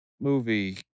movie